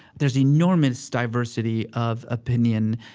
there's enormous diversity of opinion,